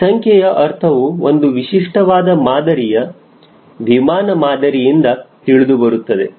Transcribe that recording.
ಈ ಸಂಖ್ಯೆಯ ಅರ್ಥವು ಒಂದು ವಿಶಿಷ್ಟವಾದ ಮಾದರಿಯ ವಿಮಾನ ಮಾದರಿಯಿಂದ ತಿಳಿದುಬರುತ್ತದೆ